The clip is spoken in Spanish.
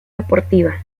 deportiva